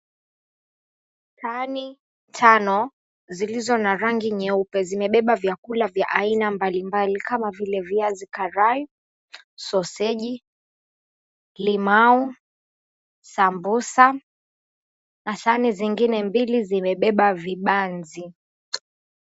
Tani tano zilizo na rangi nyeupe zimebeba vyakula vya aina mbalimbali kama vile viazi karai, soseji, limau, sambusa na sahani zingine mbili zimebeba vibanzi.